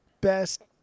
best